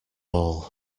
all